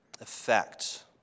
effect